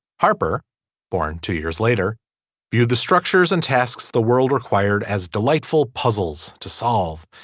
harper born two years later viewed the structures and tasks the world required as delightful puzzles to solve.